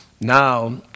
Now